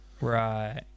Right